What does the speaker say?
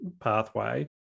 pathway